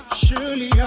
surely